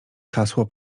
hasło